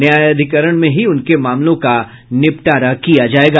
न्यायाधिकरण में ही उनके मामलों का निपटारा किया जायेगा